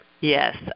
Yes